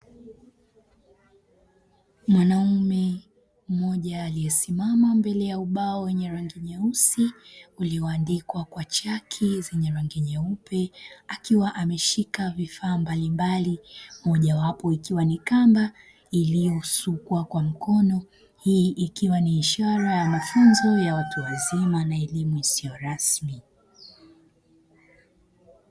Mwanaume mmoja aliyesimama mbele ya ubao wenye rangi nyeusi ulio andikwa kwa chaki zenye rangi nyeupe. Akiwa ameshika vifaa mbalimbali mojawapo ikiwa ni kamba iliyosukwa kwa mkono ikiwa ni ishara ya mafunzo ya watu wazima na elimu isiyo rasmi.